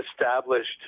established